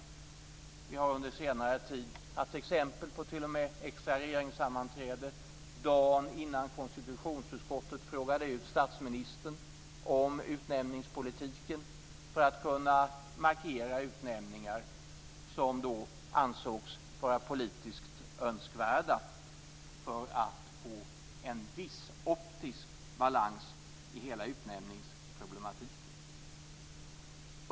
Vi har under senare tid t.o.m. haft exempel på extra regeringssammanträde dagen innan konstitutionsutskottet frågade ut statsministern om utnämningspolitiken för att kunna markera utnämningar som då ansågs vara politiskt önskvärda för att få en viss optisk balans i hela utnämningsproblematiken.